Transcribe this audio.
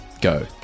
Go